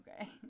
Okay